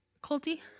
Colty